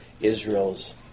Israel's